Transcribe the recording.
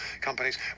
companies